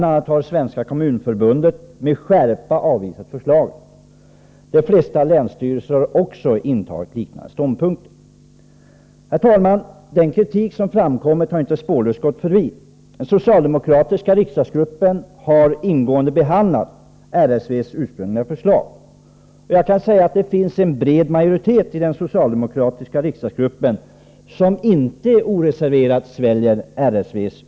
a. har Svenska kommunförbundet med skärpa avvisat det. De flesta länsstyrelser har intagit en liknande ståndpunkt. Herr talman! Den kritik som framkommit har inte spårlöst gått förbi. Den socialdemokratiska riksdagsgruppen har ingående behandlat RSV:s ursprungliga förslag, och det finns en bred majoritet inom den som inte oreserverat sväljer det.